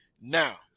now